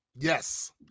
Yes